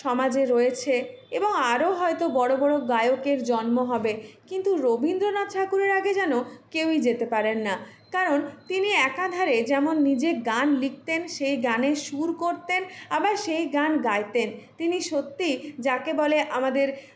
সমাজে রয়েছে এবং আরো হয়তো বড়ো বড়ো গায়কের জন্ম হবে কিন্তু রবীন্দ্রনাথ ঠাকুরের আগে যেন কেউই যেতে পারেন না কারণ তিনি একাধারে যেমন নিজে গান লিখতেন সেই গানের সুর করতেন আবার সেই গান গাইতেন তিনি সত্যিই যাকে বলে আমাদের